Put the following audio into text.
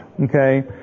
Okay